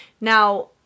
now